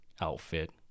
outfit